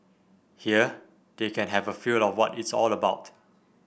here they can have a feel of what it's all about